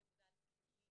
היא עבודה על כלים,